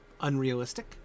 unrealistic